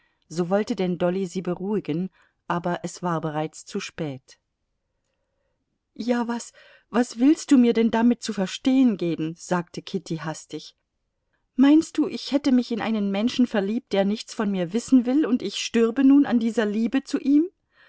so wollte denn dolly sie beruhigen aber es war bereits zu spät ja was was willst du mir denn damit zu verstehen geben sagte kitty hastig meinst du ich hätte mich in einen menschen verliebt der nichts von mir wissen will und ich stürbe nun an dieser liebe zu ihm